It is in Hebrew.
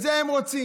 את זה הם רוצים.